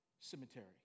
cemetery